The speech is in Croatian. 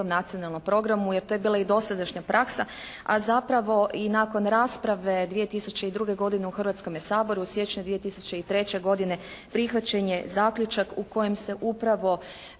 Nacionalnom programu jer to je bila i dosadašnja praksa. A zapravo i nakon rasprave 2002. godine u Hrvatskome saboru, u siječnju 2003. godine prihvaćen je zaključak u kojem se upravo